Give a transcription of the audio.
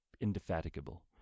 indefatigable